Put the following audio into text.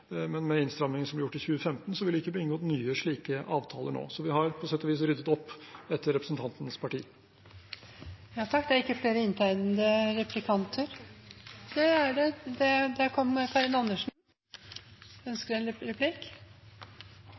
Men med de innstramningene som ble gjort i 2015, vil det ikke bli inngått slike nye avtaler nå. Så vi har på sett og vis ryddet opp etter representantens parti. Ut fra statsrådens innlegg kan det